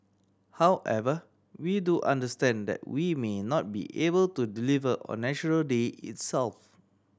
however we do understand that we may not be able to deliver on National Day itself